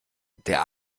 der